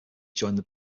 joined